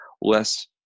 less